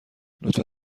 لطفا